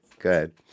Good